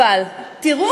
אבל תראו,